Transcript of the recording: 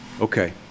Okay